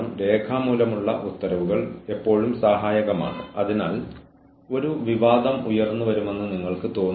പരോക്ഷ ആശയവിനിമയത്തിൽ ആശ്രയിക്കരുത് അല്ലെങ്കിൽ മുൾപടർപ്പിനെ കുറിച്ച് അടിക്കുക